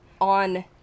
on